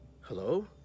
Hello